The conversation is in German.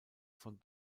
von